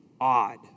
odd